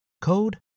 code